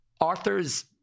Arthur's